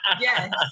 Yes